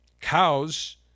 cows